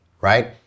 right